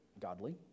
godly